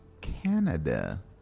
Canada